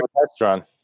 restaurant